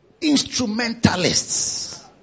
instrumentalists